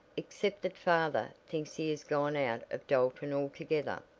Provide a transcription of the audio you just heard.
except that father thinks he has gone out of dalton altogether.